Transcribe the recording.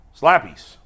Slappies